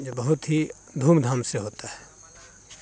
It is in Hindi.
जो बहुत ही धूमधाम से होता है